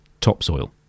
topsoil